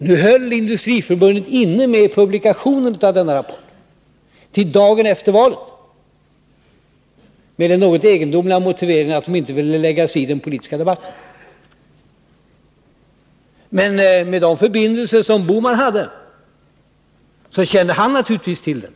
Nu höll Industriförbundet inne med publicerandet av rapporten tills dagen efter valet, med den något egendomliga motiveringen att man inte ville lägga sig i den politiska debatten. Men med de förbindelser som herr Bohman hade, kände han naturligtvis till den.